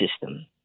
system